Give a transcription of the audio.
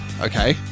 Okay